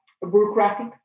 bureaucratic